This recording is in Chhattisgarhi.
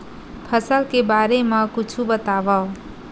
फसल के बारे मा कुछु बतावव